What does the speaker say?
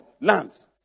lands